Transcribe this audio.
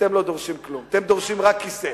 אתם לא דורשים כלום, אתם דורשים רק כיסא.